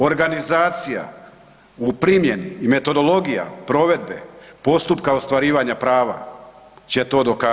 Organizacija u primjeni i metodologija provedbe postupka ostvarivanja prava će to dokazati.